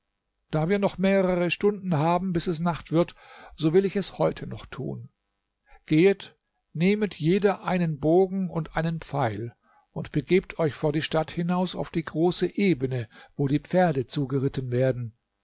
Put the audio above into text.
da wir noch mehrere stunden haben bis es nacht wird so will ich es heute noch tun gehet nehmet jeder einen bogen und einen pfeil und begebt euch vor die stadt hinaus auf die große ebene wo die pferde zugeritten werden